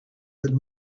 but